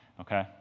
Okay